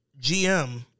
GM